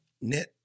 knit